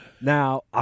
Now